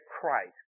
Christ